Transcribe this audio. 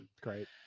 great